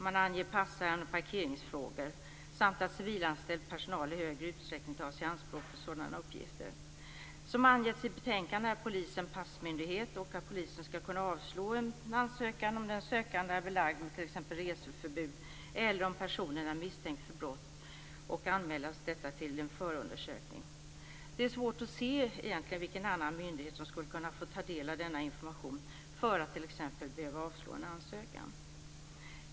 Man anger passärenden och parkeringsfrågor samt att civilanställd personal i större utsträckning tas i anspråk för sådana uppgifter. Som angetts i betänkandet är polisen passmyndighet, och polisen skall kunna avslå en ansökan om den sökande t.ex. är belagd med reseförbud eller om personen är misstänkt för brott och detta anmälts till förundersökning. Det är svårt att se vilken annan myndighet som skulle kunna få ta del av denna information för att t.ex. avslå en ansökan.